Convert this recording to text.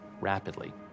rapidly